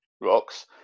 rocks